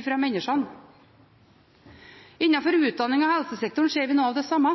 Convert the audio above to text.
fra menneskene. Innenfor utdannings- og helsesektoren ser vi noe av det samme.